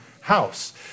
house